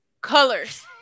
colors